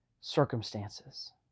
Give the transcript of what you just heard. circumstances